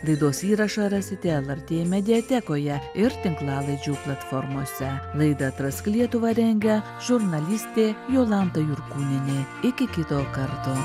laidos įrašą rasite lrt mediatekoje ir tinklalaidžių platformose laidą atrask lietuvą rengia žurnalistė jolanta jurkūnienė iki kito karto